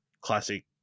classic